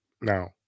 Now